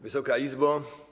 Wysoka Izbo!